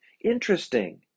Interesting